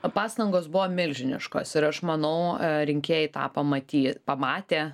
pastangos buvo milžiniškos ir aš manau rinkėjai tą pamaty pamatė